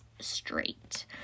straight